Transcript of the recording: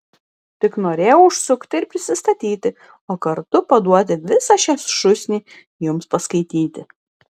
tik norėjau užsukti ir prisistatyti o kartu paduoti visą šią šūsnį jums paskaityti